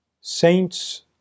Saints